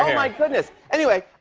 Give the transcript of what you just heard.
um my goodness. anyway,